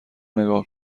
نگاه